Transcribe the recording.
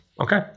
Okay